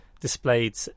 displayed